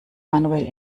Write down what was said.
manuell